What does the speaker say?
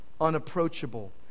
unapproachable